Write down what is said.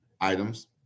items